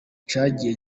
cyagiye